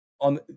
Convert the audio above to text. On